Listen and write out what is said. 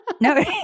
no